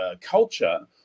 culture